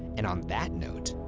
and on that note,